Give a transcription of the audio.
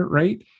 right